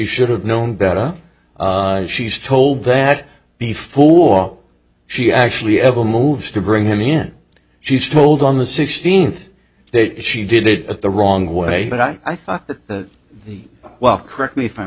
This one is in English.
should have known better she's told that before she actually ever moves to bring him in she's told on the sixteenth that she did it at the wrong way but i thought that the correct me if i'm